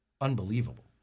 Unbelievable